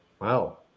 Wow